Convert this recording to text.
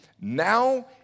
now